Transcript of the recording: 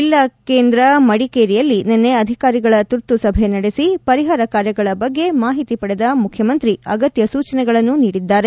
ಜೆಲ್ಲಾಕೇಂದ್ರ ಮಡಿಕೇರಿಯಲ್ಲಿ ನಿನ್ನೆ ಅಧಿಕಾರಿಗಳ ತುರ್ತು ಸಭೆ ನಡೆಸಿ ಕೈಗೊಂಡ ಪರಿಹಾರ ಕಾರ್ಯಗಳ ಬಗ್ಗೆ ಮಾಹಿತಿ ಪಡೆದ ಮುಖ್ಜಮಂತ್ರಿ ಅಗತ್ತ ಸೂಚನೆಗಳನ್ನು ನೀಡಿದ್ದಾರೆ